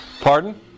Pardon